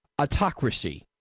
autocracy